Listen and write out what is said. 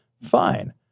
fine